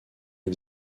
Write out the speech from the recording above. les